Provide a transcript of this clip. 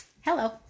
Hello